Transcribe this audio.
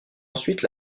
ensuite